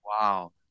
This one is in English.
wow